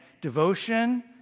devotion